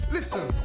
Listen